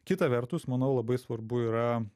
kita vertus manau labai svarbu yra